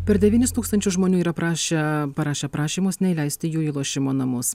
per devynis tūkstančių žmonių yra prašę parašę prašymus neįleisti jų į lošimo namus